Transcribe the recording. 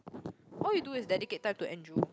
what you do is dedicate time to Andrew